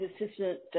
assistant